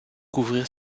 couvrir